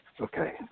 okay